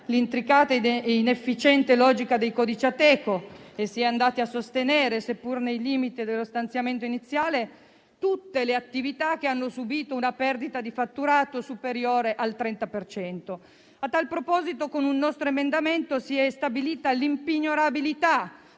l'intricata e inefficiente logica dei codici Ateco, sostenendo, seppur nei limiti dello stanziamento iniziale, tutte le attività che hanno subito una perdita di fatturato superiore al 30 per cento. A tal proposito, con un nostro emendamento, si è stabilita l'impignorabilità